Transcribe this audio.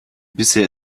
bisher